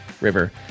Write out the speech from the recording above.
river